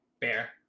bear